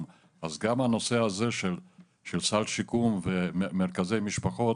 אז גם הנושא הזה של סל שיקום ומרכזי משפחות,